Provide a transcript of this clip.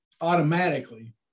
automatically